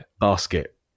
basket